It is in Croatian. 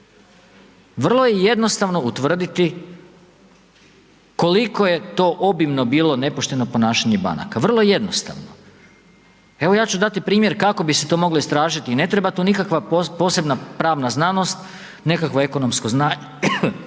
Vrlo je jednostavno utvrditi koliko je to obimno bilo nepošteno ponašanje banaka, vrlo jednostavno, evo ja ću dati primjer kako bi se to moglo istražiti, ne treba tu nikakva posebna pravna znanost, nekakvo ekonomsko znanje